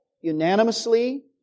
unanimously